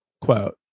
quote